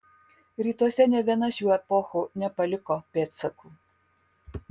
rytuose nė viena šių epochų nepaliko pėdsakų